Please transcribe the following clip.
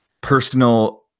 personal